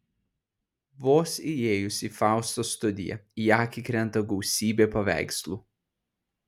vos įėjus į faustos studiją į akį krenta gausybė paveikslų